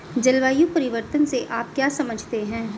जलवायु परिवर्तन से आप क्या समझते हैं?